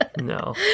no